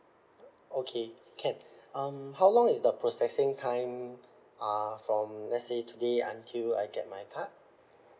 okay can um how long is the processing time uh from let's say today until I get my card